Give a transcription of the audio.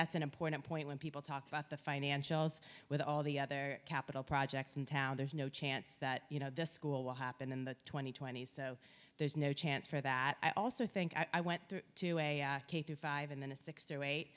that's an important point when people talk about the financials with all the other capital projects in town there's no chance that you know this school will happen in the twenty twenties so there's no chance for that i also think i went to a five and then a six to eight